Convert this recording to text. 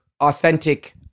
authentic